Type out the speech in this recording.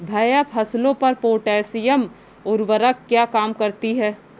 भैया फसलों पर पोटैशियम उर्वरक क्या काम करती है?